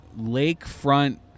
lakefront